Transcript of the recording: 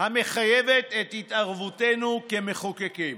המחייבת את התערבותנו כמחוקקים.